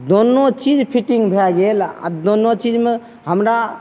दोनो चीज फिटिंग भए गेल आओर दोनो चीजमे हमरा